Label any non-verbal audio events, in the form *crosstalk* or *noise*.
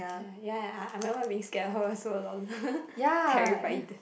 ya I'm I'm a bit scared of her also lol *laughs* terrified